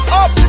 up